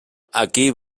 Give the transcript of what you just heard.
aquí